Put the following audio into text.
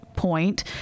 point